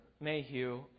Mayhew